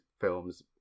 films